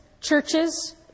churches